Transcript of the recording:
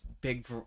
big